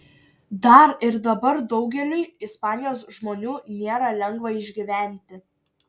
dar ir dabar daugeliui ispanijos žmonių nėra lengva išgyventi